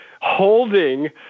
holding